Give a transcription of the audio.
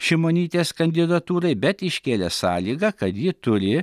šimonytės kandidatūrai bet iškėlė sąlygą kad ji turi